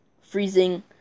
freezing